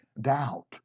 doubt